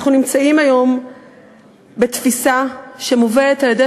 אנחנו נמצאים היום בתפיסה שמובלת על-ידי